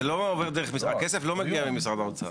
הכסף לא מגיע מהאוצר?